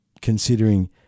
considering